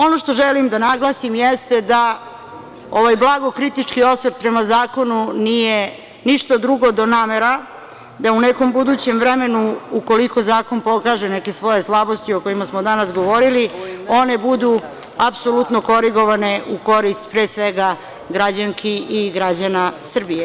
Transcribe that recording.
Ono što želim da naglasim jeste da ovaj blago kritički osvrt prema zakonu nije ništa drugo do namera da u nekom budućem vremenu, ukoliko zakon pokaže neke svoje slabosti o kojima smo danas govorili, one budu apsolutno korigovane u korist, pre svega, građanki i građana Srbije.